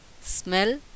smell